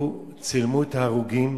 צילמו את ההרוגים